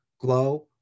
glow